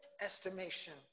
estimation